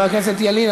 חבר הכנסת ילין,